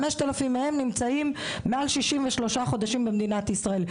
5 אלפים מהם נמצאים מעל 63 חודשים במדינת ישראל,